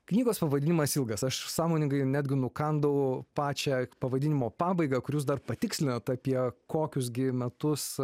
knygos pavadinimas ilgas aš sąmoningai netgi nukandau pačią pavadinimo pabaigą kur jūs dar patikslinot apie kokius gi metus